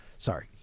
Sorry